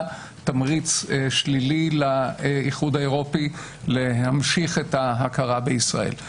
תמריץ שלילי לאיחוד האירופי להמשיך את ההכרה בישראל.